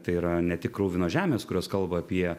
tai yra ne tik kruvinos žemės kurios kalba apie